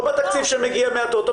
לא בתקציב שמגיע מהטוטו,